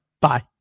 bye